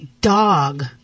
dog